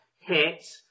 hit